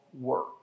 work